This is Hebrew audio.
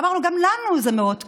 אמרנו: גם לנו זה מאוד כואב,